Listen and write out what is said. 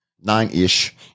nine-ish